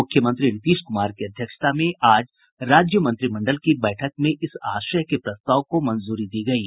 मुख्यमंत्री नीतीश कुमार की अध्यक्षता में आज राज्य मंत्रिमंडल की बैठक में इस आशय के प्रस्ताव को मंजूरी दी गयी